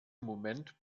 moment